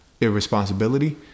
irresponsibility